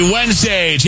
Wednesday